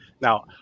Now